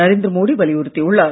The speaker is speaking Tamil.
நரேந்திர மோடி வலியுறுத்தியுள்ளார்